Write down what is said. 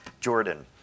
Jordan